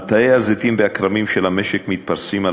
מטעי הזיתים והכרמים של המשק מתפרסים על